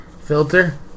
Filter